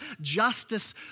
justice